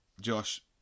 Josh